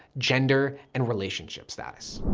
gender and relationship status.